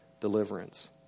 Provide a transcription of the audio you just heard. deliverance